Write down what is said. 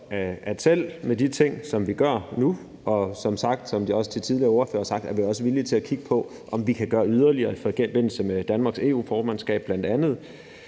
at selv med de ting, som vi gør nu – og som sagt, og som også de tidligere ordførere har sagt, er vi også villige til at kigge på, om vi kan gøre yderligere i forbindelse med bl.a. Danmarks EU-formandskab – er det